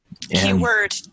keyword